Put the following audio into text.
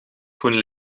groen